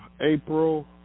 April